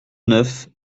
neuf